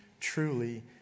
truly